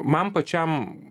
man pačiam